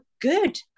good